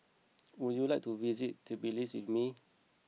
would you like to visit Tbilisi with me